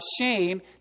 shame